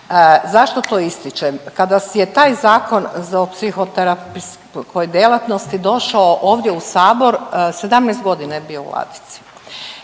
Zašto to ističem? Kada je taj zakon o psihoterapijskog djelatnosti došao ovdje u Sabor 17 godina je bio u ladici